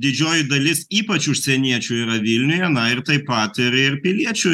didžioji dalis ypač užsieniečių yra vilniuje na ir taip pat ir ir piliečių